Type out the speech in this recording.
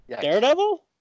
daredevil